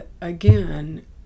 again